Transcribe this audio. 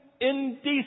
indecent